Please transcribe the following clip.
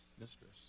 mistress